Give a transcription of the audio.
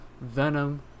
Venom